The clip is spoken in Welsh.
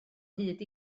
hyd